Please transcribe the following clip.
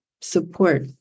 support